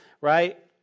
right